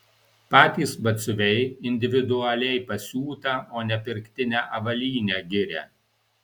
patys batsiuviai individualiai pasiūtą o ne pirktinę avalynę giria